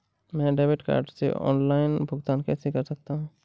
मैं debit card से online भुगतान कैसे कर सकता हूँ?